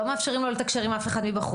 לא מאפשרים לו לתקשר עם אף אחד מבחוץ,